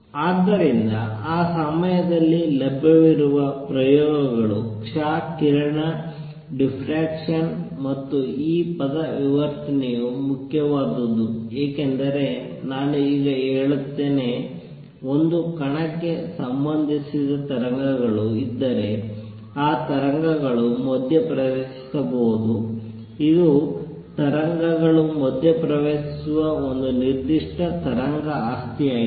ಆದ್ದರಿಂದ ಆ ಸಮಯದಲ್ಲಿ ಲಭ್ಯವಿರುವ ಪ್ರಯೋಗಗಳು ಕ್ಷ ಕಿರಣ ಡಿಫ್ಫ್ರೆಕ್ಷನ್ ಮತ್ತು ಈ ಪದ ವಿವರ್ತನೆಯು ಮುಖ್ಯವಾದುದು ಏಕೆಂದರೆ ನಾನು ಈಗ ಹೇಳುತ್ತೇನೆ ಒಂದು ಕಣಕ್ಕೆ ಸಂಬಂಧಿಸಿದ ತರಂಗಗಳು ಇದ್ದರೆ ಈ ತರಂಗಗಳು ಮಧ್ಯಪ್ರವೇಶಿಸಬಹುದು ಇದು ತರಂಗಗಳು ಮಧ್ಯಪ್ರವೇಶಿಸುವ ಒಂದು ನಿರ್ದಿಷ್ಟ ತರಂಗ ಆಸ್ತಿಯಾಗಿದೆ